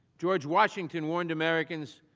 george washington warned americans,